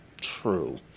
True